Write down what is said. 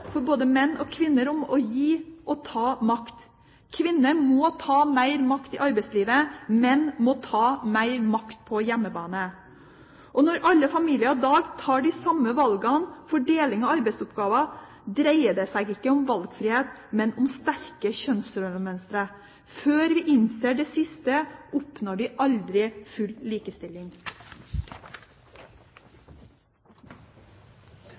for både menn og kvinner om å gi og ta makt. Kvinner må ta mer makt i arbeidslivet, menn må ta mer makt på hjemmebane. Når alle familier i dag tar de samme valgene for deling av arbeidsoppgavene, dreier det seg ikke om valgfrihet, men om sterke kjønnsrollemønstre. Før vi innser det siste, oppnår vi aldri full likestilling.